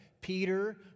Peter